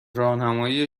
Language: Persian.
راهنمایی